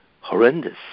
horrendous